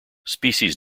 species